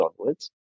onwards